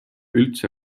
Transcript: üldse